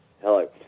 Hello